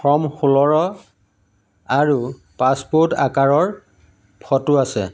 form ষোল্লৰ আৰু passport আকাৰৰ ফটো আছে